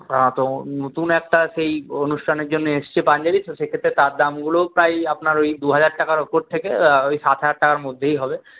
হ্যাঁ তো নতুন একটা সেই অনুষ্ঠানের জন্যে এসেছে পাঞ্জাবি তো সেক্ষেত্রে তার দামগুলো প্রায় আপনার ওই দু হাজার টাকার উপর থেকে সাত হাজার টাকার মধ্যেই হবে